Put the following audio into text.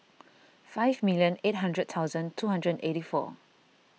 five million eight hundred thousand two hundred and eighty four